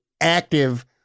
active